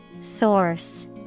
Source